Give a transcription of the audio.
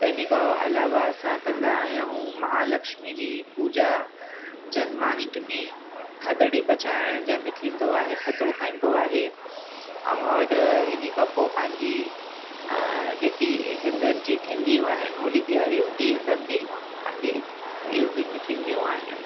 त इन्हीअ खां अलावा असां कंदा आहियूं महालक्षमी जी पूॼा जन्माष्टमी थधिड़ी पचाइण जंहिं में थींदो आहे थधो खाइबो आहे और इन्हीअ खां पोइ पंहिंजी जेकी हिंदुनि जी थींदियूं आहिनि होली ॾियारियूं इहे सभ बि पंहिंजी यू पी में थींदियूं आहिनि